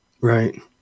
Right